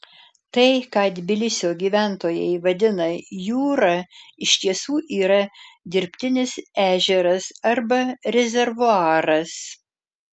tai ką tbilisio gyventojai vadina jūra iš tiesų yra dirbtinis ežeras arba rezervuaras